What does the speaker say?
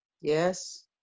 Yes